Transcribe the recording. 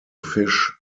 fish